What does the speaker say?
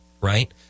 right